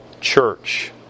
church